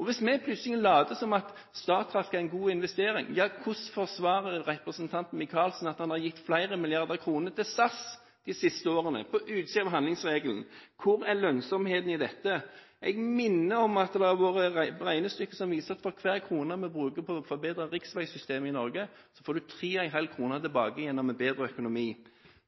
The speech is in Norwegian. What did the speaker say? og hvis vi plutselig later som om Statkraft er en god investering, hvordan forsvarer da representanten Micaelsen at han har gitt flere milliarder kroner til SAS de siste årene, på utsiden av handlingsregelen? Hvor er lønnsomheten i dette? Jeg minner om at det har vært regnestykker som viser at for hver krone man bruker på å forbedre riksveisystemet i Norge, får man tre og en halv krone tilbake gjennom en bedre økonomi.